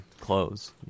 clothes